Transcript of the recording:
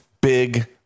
Big